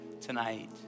tonight